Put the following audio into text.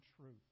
truth